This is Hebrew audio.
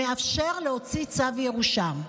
שמאפשר להוציא צו ירושה.